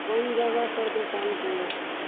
कौन जगह पर दुकान किए हैं